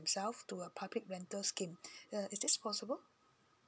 themselve to a public rental scheme err is this possible